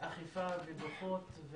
אכיפה ודוחות.